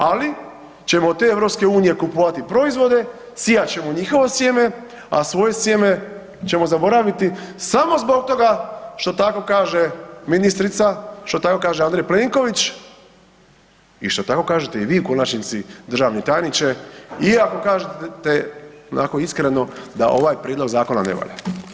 Ali ćemo od te EU kupovati proizvode, sijat ćemo njihovo sjeme a svoje sjeme ćemo zaboraviti samo zbog toga što tako kaže ministrica, što tako kaže A. Plenković i što tako kažete i vi u konačnici, državni tajniče iako kažete onako iskreno, da ovaj prijedlog zakona ne valja.